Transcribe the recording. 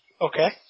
Okay